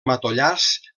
matollars